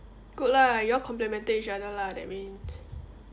good lah you all complementing each other lah that means